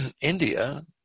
India